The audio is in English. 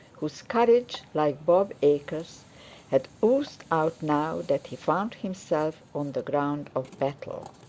whose courage like bob acres' had oozed out, now that he found himself on the ground of battle.